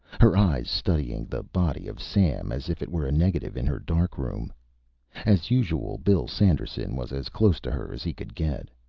her eyes studying the body of sam as if it were a negative in her darkroom as usual, bill sanderson was as close to her as he could get.